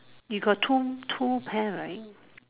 you got two two pair right